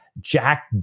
Jack